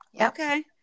Okay